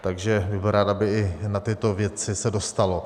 Takže bych byl rád, aby i na tyto věci se dostalo.